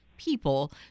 people